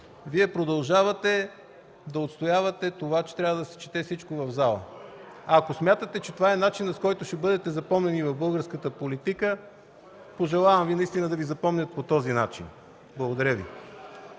Вие продължавате да отстоявате това, че всичко трябва да се чете в залата. Ако смятате, че това е начинът, по който ще бъдете запомнени в българската политика, пожелавам Ви наистина да Ви запомнят по този начин. Благодаря Ви.